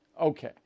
okay